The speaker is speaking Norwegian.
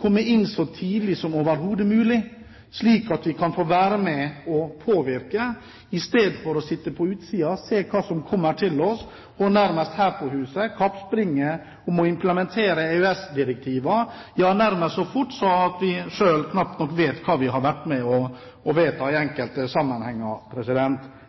komme så tidlig som overhodet mulig inn i prosessen innenfor EØS-samarbeidet, slik at vi kan få være med og påvirke, istedenfor å sitte på utsiden og se på hva som kommer til oss, og her i huset nærmest kappspringe om å implementere EØS-direktiver så fort at vi selv knapt nok vet hva vi har vært med på å vedta i enkelte sammenhenger.